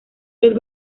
los